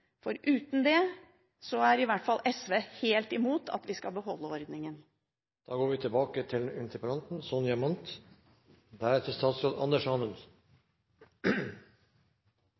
for uten det er i hvert fall SV helt imot at vi skal beholde ordningen.